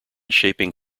shaping